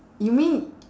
you mean